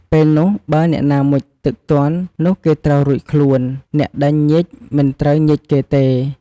ពេលនោះ បើអ្នកណាមុជទឹកទាន់ នោះគេត្រូវរួចខ្លួន អ្នកដេញញៀចមិនត្រូវញៀចគេទេ។